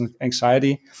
anxiety